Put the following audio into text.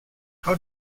how